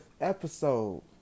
episode